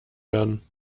werden